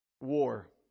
War